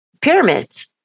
pyramids